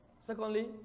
Secondly